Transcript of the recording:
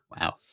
wow